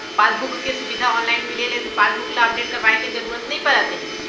passbook के सुबिधा online मिले ले पासबुक ल अपडेट करवाए के जरूरत नइ परत हे